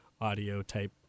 audio-type